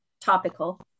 topical